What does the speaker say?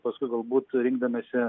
paskui galbūt rinkdamiesi